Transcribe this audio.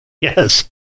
Yes